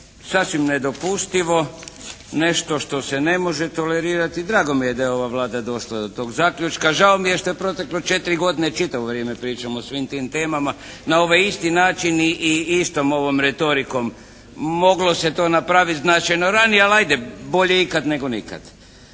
sasvim nedopustivo. Nešto što se ne može tolerirati. Drago mi je da je ova Vlada došla do tog zaključka. Žao mi je što je proteklo četiri godine. Čitavo vrijeme pričamo o svim tim temama na ovaj isti način i istom ovom retorikom. Moglo se to napraviti značajno ranije, ali hajde “bolje ikad nego nikad“.